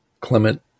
Clement